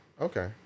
Okay